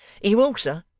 he will, sir,